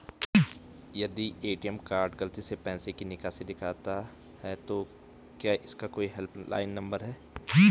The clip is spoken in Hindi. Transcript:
यदि ए.टी.एम कार्ड गलती से पैसे की निकासी दिखाता है तो क्या इसका कोई हेल्प लाइन नम्बर है?